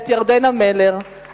את ירדנה מלר,